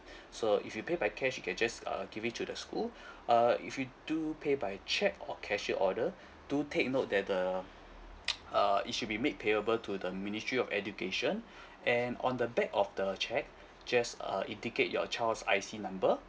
so if you pay by cash you can just uh give it to the school uh if you do pay by cheque or cashier order do take note that the uh it should be made payable to the ministry of education and on the back of the cheque just uh indicate your child's I_C number